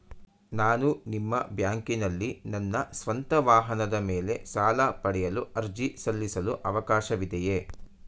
ನಾನು ನಿಮ್ಮ ಬ್ಯಾಂಕಿನಲ್ಲಿ ನನ್ನ ಸ್ವಂತ ವಾಹನದ ಮೇಲೆ ಸಾಲ ಪಡೆಯಲು ಅರ್ಜಿ ಸಲ್ಲಿಸಲು ಅವಕಾಶವಿದೆಯೇ?